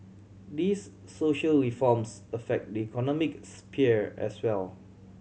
these social reforms affect the economic sphere as well